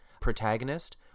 protagonist